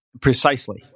precisely